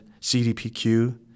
CDPQ